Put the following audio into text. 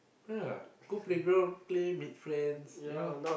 yeah go playground play meet friends you know